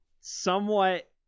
somewhat